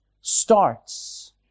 starts